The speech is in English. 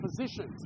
positions